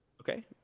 Okay